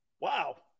Wow